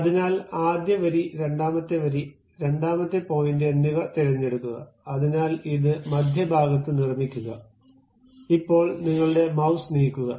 അതിനാൽ ആദ്യ വരി രണ്ടാമത്തെ വരി രണ്ടാമത്തെ പോയിന്റ് എന്നിവ തിരഞ്ഞെടുക്കുക അതിനാൽ ഇത് മധ്യഭാഗത്ത് നിർമിക്കുക ഇപ്പോൾ നിങ്ങളുടെ മൌസ് നീക്കുക